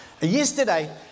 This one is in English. Yesterday